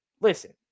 listen